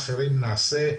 או אחרים נעשה,